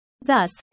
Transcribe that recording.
Thus